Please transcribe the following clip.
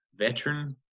Veteran